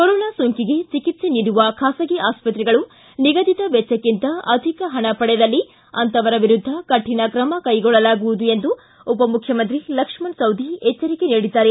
corona ಸೋಂಕಿಗೆ ಚಿಕಿತ್ಸೆ ನೀಡುವ ಖಾಸಗಿ ಆಸ್ತ್ರೆಗಳು ನಿಗದಿತ ವೆಚ್ಚಕ್ಕಿಂತ ಅಧಿಕ ಹಣ ಪಡೆದಲ್ಲಿ ಅಂತವರ ವಿರುದ್ದ ಕಠಿಣ ಕ್ರಮ ಕೈಗೊಳ್ಳಲಾಗುವುದು ಎಂದು ಉಪಮುಖ್ಖಮಂತ್ರಿ ಲಕ್ಷ್ಮಣ ಸವದಿ ಎಚ್ಚರಿಕೆ ನೀಡಿದ್ದಾರೆ